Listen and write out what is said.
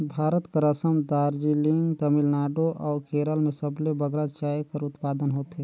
भारत कर असम, दार्जिलिंग, तमिलनाडु अउ केरल में सबले बगरा चाय कर उत्पादन होथे